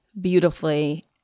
beautifully